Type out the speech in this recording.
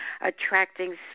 attracting